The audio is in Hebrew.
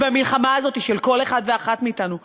והמלחמה הזאת היא של כל אחד ואחת מאתנו.